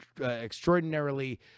extraordinarily